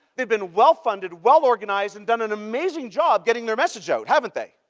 they've been well funded, well organized, and done an amazing job getting their message out, haven't they?